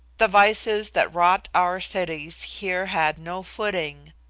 the vices that rot our cities here had no footing.